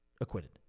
acquitted